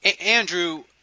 Andrew –